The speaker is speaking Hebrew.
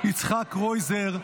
יצחק קרויזר,